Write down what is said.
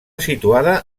situada